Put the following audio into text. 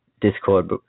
Discord